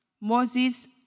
Moses